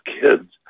kids